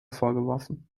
vorgeworfen